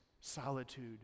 solitude